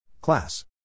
Class